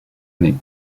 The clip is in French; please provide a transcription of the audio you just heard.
année